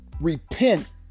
repent